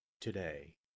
today